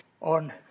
on